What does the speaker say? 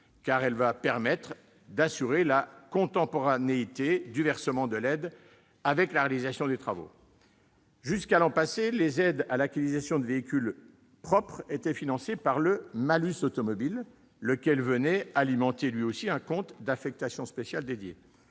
car elle permettra d'assurer la contemporanéité du versement de l'aide avec la réalisation des travaux. Jusqu'à l'an passé, les aides à l'acquisition de véhicules propres étaient financées par le malus automobile, lequel venait alimenter un compte d'affectation spéciale.